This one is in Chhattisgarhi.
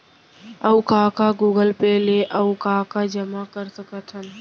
अऊ का का गूगल पे ले अऊ का का जामा कर सकथन?